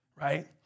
right